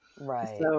Right